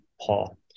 Paul